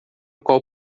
qual